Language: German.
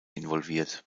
involviert